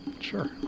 Sure